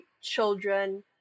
children